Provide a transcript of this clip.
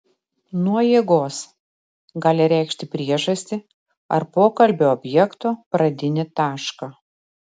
nuo jėgos gali reikšti priežastį ar pokalbio objekto pradinį tašką